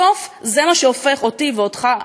בסוף זה מה שהופך אותי ואותך,